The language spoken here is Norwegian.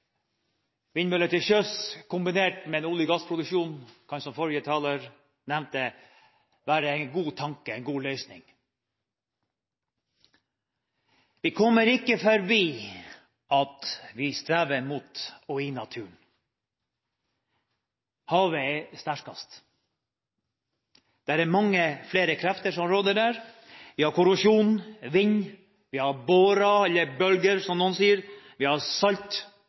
Vindmøller til sjøs kombinert med olje- og gassproduksjon kan, som forrige taler nevnte, være en god tanke, en god løsning. Vi kommer ikke forbi at vi strever imot òg i naturen. Havet er sterkest. Det er mange flere krefter som råder der. Vi har korrosjon, vi har vind, vi har bårer – eller bølger, som noen sier – vi har salt,